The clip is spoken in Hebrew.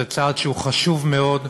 זה צעד חשוב מאוד.